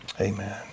amen